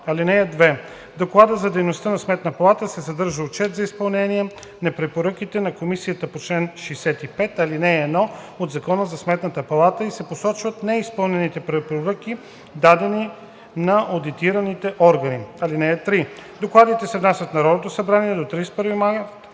(2) В доклада за дейността на Сметната палата се съдържа отчет за изпълнение на препоръките на Комисията по чл. 65, ал. 1 от Закона за Сметната палата и се посочват неизпълнените препоръки, дадени на одитираните органи. (3) Докладите се внасят в Народното събрание до 31 март,